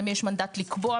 למי יש מנדט לקבוע,